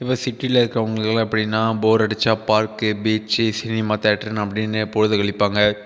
இப்போ சிட்டியில் இருக்கறவங்கல்லா எப்படின்னால் போர் அடித்தா பார்க் பீச் சினிமா தியேட்டர்னு அப்படின்னே பொழுதை கழிப்பாங்கள்